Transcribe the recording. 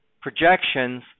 projections